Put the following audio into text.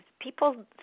people